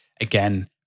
again